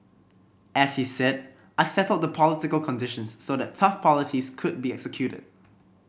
as he said I settled the political conditions so that tough policies could be executed